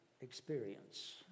experience